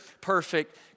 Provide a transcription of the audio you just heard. Perfect